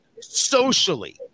socially